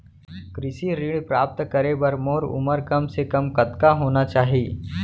कृषि ऋण प्राप्त करे बर मोर उमर कम से कम कतका होना चाहि?